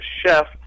chef